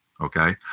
Okay